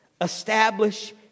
establish